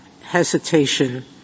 hesitation